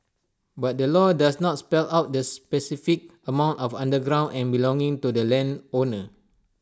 but the law does not spell out the specific amount of underground and belonging to the landowner